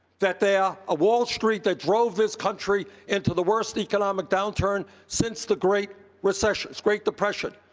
that they are a wall street that drove this country into the worst economic downturn since the great recession great depression.